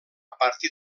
partir